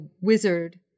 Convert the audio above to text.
wizard